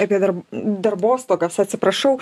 apie dar darbostogas atsiprašau